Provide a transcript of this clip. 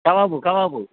kebab kebab